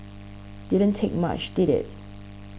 didn't take much did it